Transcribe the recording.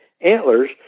antlers